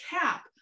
cap